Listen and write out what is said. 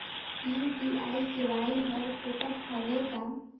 UPI सेवाएं हर फोकट हवय का?